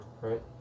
right